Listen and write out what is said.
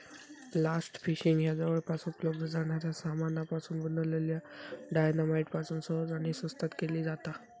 blast fishing ह्या जवळपास उपलब्ध जाणाऱ्या सामानापासून बनलल्या डायना माईट पासून सहज आणि स्वस्तात केली जाता